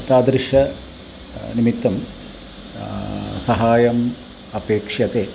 तादृशं निमित्तं सहाय्यम् अपेक्ष्यते